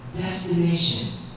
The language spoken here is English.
destinations